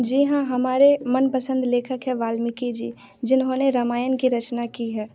जी हाँ हमारे मनपसंद लेखक है वाल्मीकि जी जिन्होंने रामायण की रचना की है